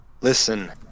Listen